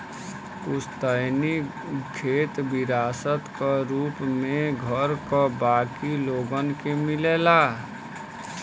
पुस्तैनी खेत विरासत क रूप में घर क बाकी लोगन के मिलेला